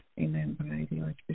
Amen